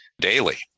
daily